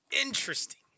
interesting